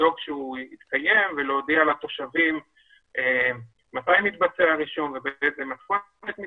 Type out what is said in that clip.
לדאוג שהוא יתקיים ולהודיע לתושבים מתי מתבצע הרישום באיזו מתכונת.